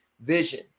vision